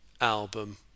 album